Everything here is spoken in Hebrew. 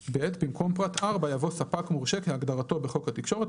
התקשורת)"; (ב)במקום פרט (4) יבוא: "(4)ספק מורשה כהגדרתו בחוק התקשורת,